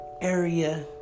area